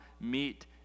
meet